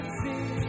see